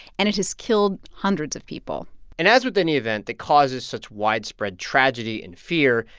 and it has killed hundreds of people and as with any event that causes such widespread tragedy and fear,